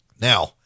Now